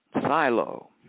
Silo